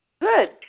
Good